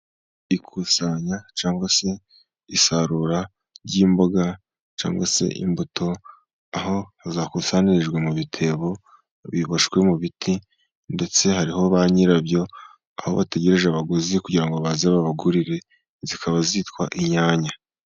ikusanya cyangwa se isarura ry'imboga cyangwa se imbuto, aho zakusanyirijwe mu bitebo biboshywe mu biti ndetse hariho ba nyirabyo, aho bategereje abaguzi kugira ngo baze babagurire, zikaba zitwa inyanya.